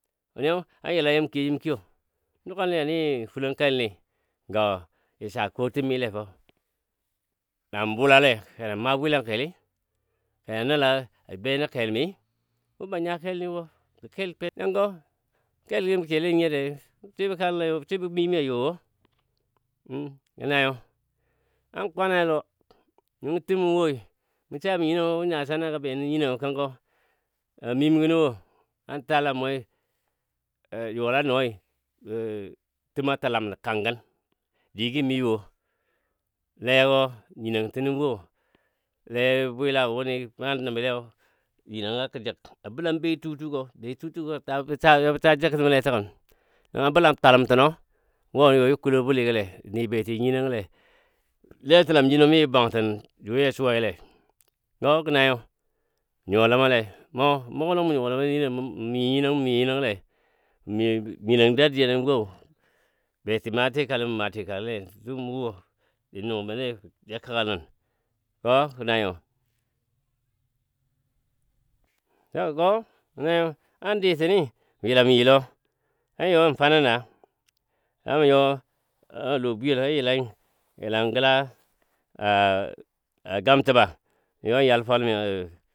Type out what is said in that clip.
wuniyo an yila yamə kiyo jim kiyo dugalən jani fulun kelni gə jəsa kutəm mi lefɔ na mə bulale kena mə maa bwilangkelli kena nəl a benən kelmi wu ban nya kelni wo gɔ kelpe nəngɔ kel gɔ mən kiyole nən nyio dadiyai mə swibɔ kanəl ma swibɔ mimi a you wo gə nanyo na kwa ne a lɔ nəngɔ Timo woi mu sabo nyinongɔ wo nya nasana ga benin nyinɔ ngɔ kənkɔ mimgənɔ wo an taal a mwei yuwalɔ noitəma təlam nən kangən, digɔ miwo legɔ nyinon tənɔ wo le bwila wuni ma nəbə lei nyinɔngə a jək a bəlam betutugɔ betutugɔ ta bəsa yabɔ sa jəgtəm le təgən nəngɔ bəla twaləm təno wo ya ja kulo buligɔle ja ni beti nyinongo le nətəlam jino mi ja bwangtən ju ja suwai le. lo gə nanyo mə nyuwa lema le mɔ mugo lɔngɔ mə mən mɨɨ nyinon mə mɨɨ nyinongle mɨ nyinong dadiyanɔ wo, beti matikali mə ma tikaligɔ le dumɔ wo ja nungbənne bə ja kəka nən gɔ gə nanyo gɔ gə nanyo andii tini mə yela me yi lɔ a you ya fanə naa yama yo a lɔ bwiyel a yilai you gəla a gamtəba you yal fwalmi.